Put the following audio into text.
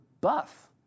buff